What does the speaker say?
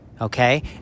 Okay